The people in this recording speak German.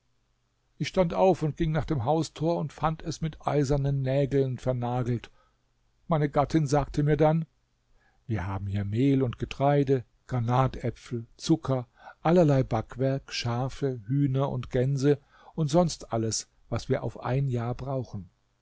ich stand auf und ging nach dem haustor und fand es mit eisernen nägeln vernagelt meine gattin sagte mir dann wir haben hier mehl und getreide granatäpfel zucker allerlei backwerk schafe hühner und gänse und sonst alles was wir auf ein jahr brauchen